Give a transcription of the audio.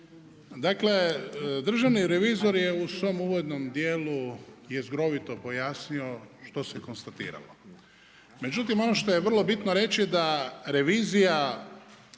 Dakle državni revizor je u svom uvodnom dijelu jezgrovito pojasnio što se konstatiralo. Međutim ono što je vrlo bitno reći da revizija